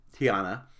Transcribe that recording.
Tiana